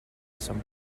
some